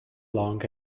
long